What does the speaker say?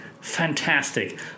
fantastic